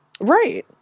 right